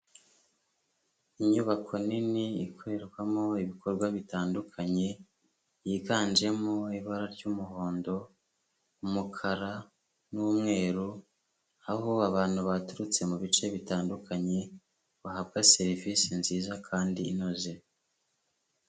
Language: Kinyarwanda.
Inyubako nini ikorerwamo ibikorwa bitandukanye, yiganjemo ibara ry'umuhondo, umukara n'umweru, aho abantu baturutse mu bice bitandukany,e bahabwa serivisi nziza kandi inoze.